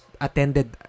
attended